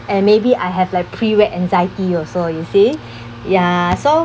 and maybe I have like pre wed anxiety also you see ya so